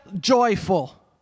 joyful